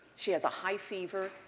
she has a high fever,